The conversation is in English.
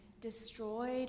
destroyed